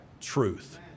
truth